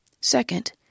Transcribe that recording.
second